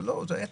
אלו היו